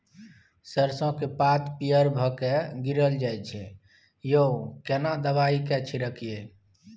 सरसो के पात पीयर भ के गीरल जाय छै यो केना दवाई के छिड़कीयई?